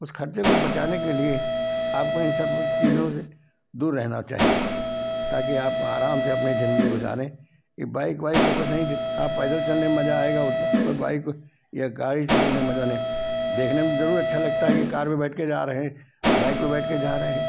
उस खर्चे को बचाने के लिए आपको इन सब चीजों से दूर रहना चाहिए ताकि आप आराम से अपनी जिंदगी गुजारें ये बाइक वाइक तो कुछ नहीं जे आप पैदल चलने में मजा आएगा उतना कोई बाइक या गाड़ी से चलने में मजा नहीं देखने में जरूर अच्छा लगता है कि कार में बैठ कर जा रहे हैं बाइक पर बैठ कर जा रहे हैं